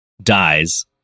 dies